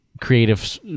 creative